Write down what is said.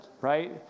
right